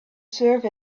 serve